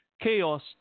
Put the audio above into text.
Chaos